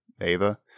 Ava